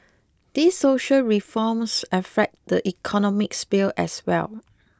these social reforms affect the economic sphere as well